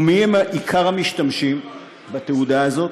ומי הם עיקר המשתמשים בתעודה הזאת?